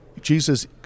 Jesus